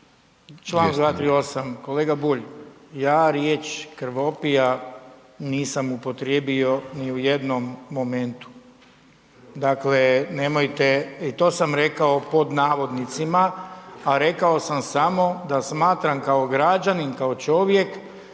Čl. 238. Kolega Bulj ja riječ krvopija nisam upotrijebio ni u jednom momentu. Dakle, nemojte i to sam rekao pod navodnicima, a rekao sam samo da smatram kao građanin, kao čovjek